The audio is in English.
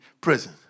prison